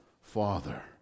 Father